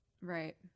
Right